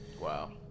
Wow